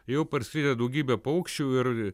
jau parskridę daugybė paukščių ir